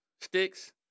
Sticks